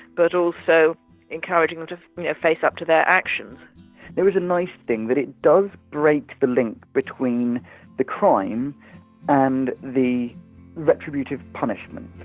but also encouraging them to face up to their actions there was a nice thing that it does break the link between the crime and the retributive punishment,